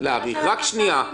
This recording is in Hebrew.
למה לא להשוות?